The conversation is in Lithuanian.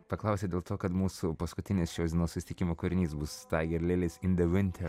paklausei dėl to kad mūsų paskutinis šios dienos susitikimo kūrinys bus taiger lilys in de vinter